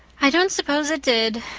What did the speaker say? i don't suppose it did,